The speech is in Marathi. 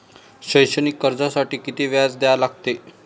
शैक्षणिक कर्जासाठी किती व्याज द्या लागते?